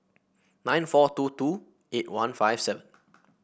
nine four two two eight one five seven